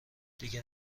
دیگه